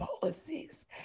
policies